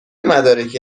مدارکی